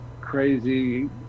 crazy